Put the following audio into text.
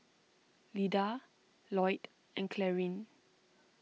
Lyda Lloyd and Clarine